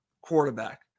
quarterback